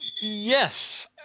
Yes